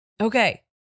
Okay